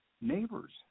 neighbors